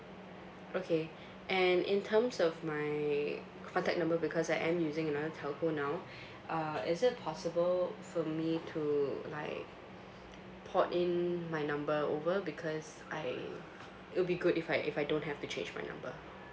okay and in terms of my contact number because I am using another telco now uh is it possible for me to like port in my number over because I it'll be good if I if I don't have to change my number